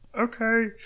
okay